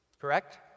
Correct